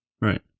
right